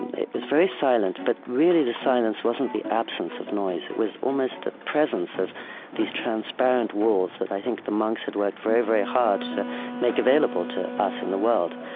and it was very silent, but really the silence wasn't the absence of noise. it was almost the presence of these transparent walls that i think the monks had worked very, very hard to make available to us in the world.